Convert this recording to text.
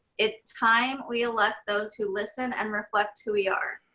it's time we elect those who listen and reflect who we are.